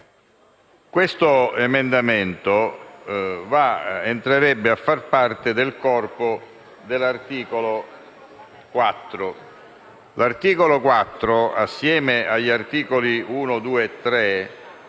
Questo emendamento entrerebbe a far parte del corpo dell'articolo 4, il quale, assieme agli articoli 1, 2 e 3,